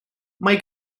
mae